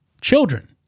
children